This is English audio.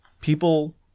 People